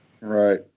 Right